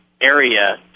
area